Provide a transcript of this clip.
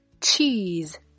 Cheese